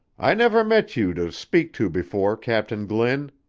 i never met you to speak to before, captain glynn,